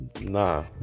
nah